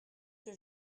que